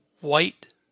white